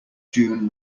june